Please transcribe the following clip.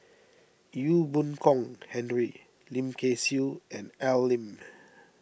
Ee Boon Kong Henry Lim Kay Siu and Al Lim